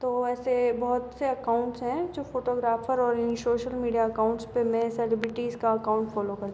तो ऐसे बहुत से अकाउंट्स हैं जो फ़ोटोग्राफ़र और इन सोशल मीडिया अकाउंट्स में सेलिब्रिटीज का अकाउंट फ़ोलो कर